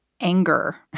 anger